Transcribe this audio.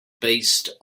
based